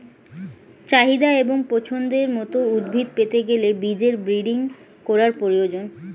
চাহিদা এবং পছন্দের মত উদ্ভিদ পেতে গেলে বীজের ব্রিডিং করার প্রয়োজন